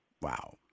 Wow